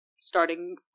starting